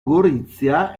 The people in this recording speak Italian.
gorizia